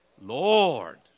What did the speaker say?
Lord